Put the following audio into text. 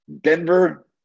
Denver